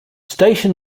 station